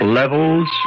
levels